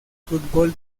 fútbol